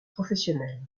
professionnel